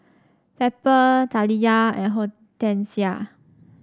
Pepper Taliyah and Hortensia